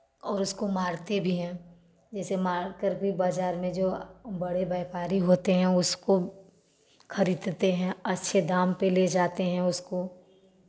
और उसको मारते भी हैं जैसे मार कर भी बाज़ार में जो बड़े व्यापारी होते हैं उसको खरीदते हैं अच्छे दाम पर ले जाते हैं उसको